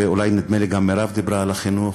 ואולי, נדמה לי, גם מירב דיברה על החינוך.